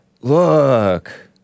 Look